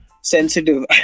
sensitive